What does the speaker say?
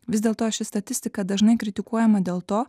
vis dėlto ši statistika dažnai kritikuojama dėl to